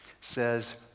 says